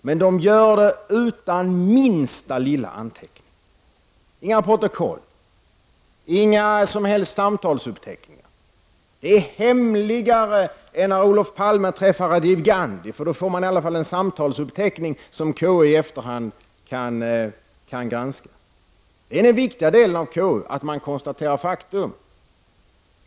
Men man gör det utan minsta lilla anteckning. Man har inga protokoll, inga som helst samtalsuppteckningar. Det är hemligare än när Olof Palme träffade Rajiv Gandhi, för då fick man i alla fall en samtalsuppteckning som KU i efterhand kunde granska. Detta är den viktiga delen av KUs arbete, att konstatera faktum.